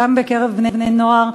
גם בקרב בני-נוער,